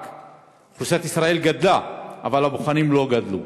אוכלוסיית ישראל גדלה אבל מספר הבוחנים לא גדל.